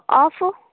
off